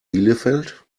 bielefeld